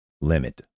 limit